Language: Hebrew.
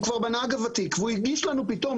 כבר בנהג הוותיק והוא הגיש לנו פתאום,